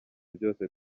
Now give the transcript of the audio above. byose